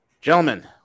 gentlemen